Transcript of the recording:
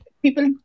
people